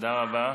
הם שבעה.